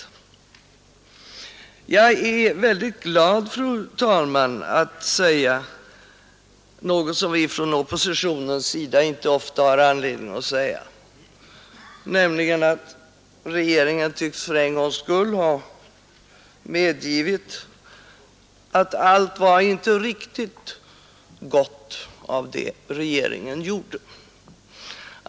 Jag är väldigt glad, fru talman, att kunna säga något som vi från oppositionens sida inte ofta har anledning att säga, nämligen att regeringen för en gångs skull tycks ha medgivit att allt inte var riktigt gott i det den själv gjorde.